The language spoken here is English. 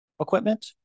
equipment